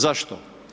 Zašto?